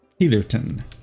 Heatherton